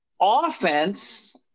offense